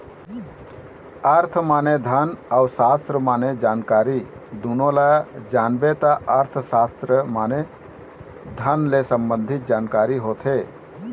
अर्थ माने धन अउ सास्त्र माने जानकारी दुनो ल जानबे त अर्थसास्त्र माने धन ले संबंधी जानकारी होथे